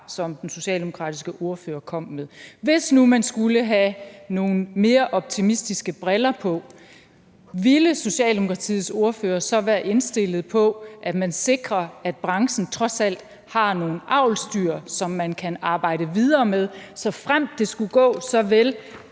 som den socialdemokratiske ordfører kom med. Hvis nu man skulle have nogen mere optimistiske briller på, ville Socialdemokratiets ordfører så være indstillet på, at man sikrer, at branchen trods alt har nogle avlsdyr, som man kan arbejde videre med, såfremt det skulle gå så vel,